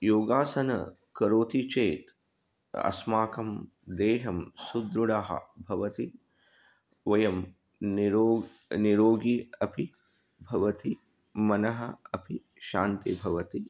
योगासनं करोति चेत् अस्माकं देहं सुदृढः भवति वयं निरोगिनः निरोगिनः अपि भवन्ति मनः अपि शान्तिः भवति